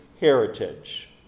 heritage